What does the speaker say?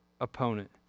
opponent